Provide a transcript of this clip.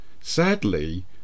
Sadly